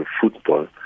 football